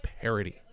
parody